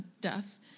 death